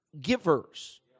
givers